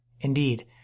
Indeed